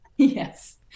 Yes